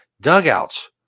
dugouts